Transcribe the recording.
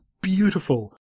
beautiful